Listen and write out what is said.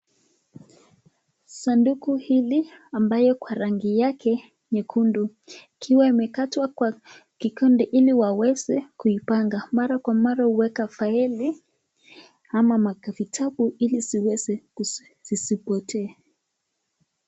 Sanduku hili ambayo kwa rangi yake nyekundu ikiwa imekatwa kwa kikundi ili waweze kuipanga mara kwa mara hueka faili ama vitabu ili zisipotee.